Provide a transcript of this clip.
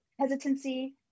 hesitancy